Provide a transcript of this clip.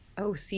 OC